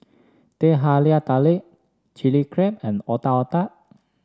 Teh Halia Tarik Chili Crab and Otak Otak